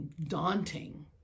daunting